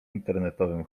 internetowym